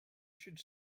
should